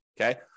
okay